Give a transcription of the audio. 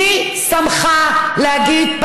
מי שמך להגיד,